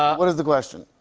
what is the question?